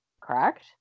Correct